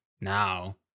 now